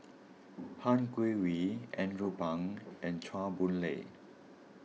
Han Guangwei Andrew Phang and Chua Boon Lay